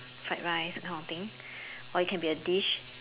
fried rice that kind of thing or it can be a dish